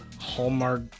Hallmark